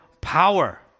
power